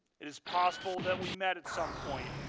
it is possible that we met at some point.